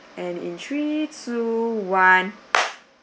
and in three two one